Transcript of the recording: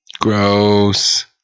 Gross